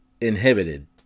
inhibited